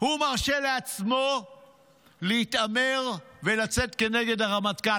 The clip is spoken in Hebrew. הוא מרשה לעצמו להתעמר ולצאת כנגד הרמטכ"ל,